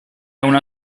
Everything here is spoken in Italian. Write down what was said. una